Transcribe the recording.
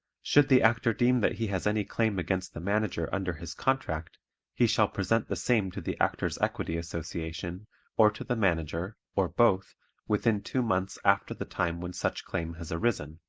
should the actor deem that he has any claim against the manager under his contract he shall present the same to the actors' equity association or to the manager or both within two months after the time when such claim has arisen,